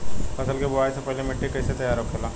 फसल की बुवाई से पहले मिट्टी की कैसे तैयार होखेला?